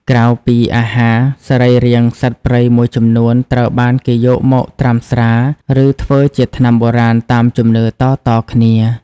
ក្រៅពីអាហារ សរីរាង្គសត្វព្រៃមួយចំនួនត្រូវបានគេយកមកត្រាំស្រា ឬធ្វើជាថ្នាំបុរាណតាមជំនឿតៗគ្នា។